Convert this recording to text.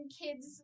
kids